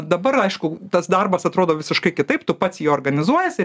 dabar aišku tas darbas atrodo visiškai kitaip tu pats jį organizuojiesi